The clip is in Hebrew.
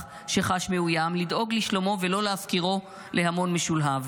שחש מאוים לדאוג לשלומו ולא להפקירו להמון משולהב,